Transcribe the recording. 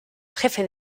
jefe